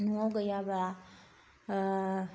न'आव गैयाब्ला